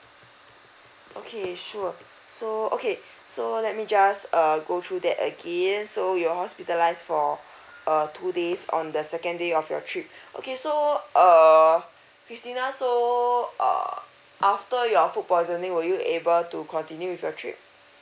okay sure so okay so let me just uh go through that again so you are hospitalised for uh two days on the second day of your trip okay so err christina so err after your food poisoning were you able to continue with your trip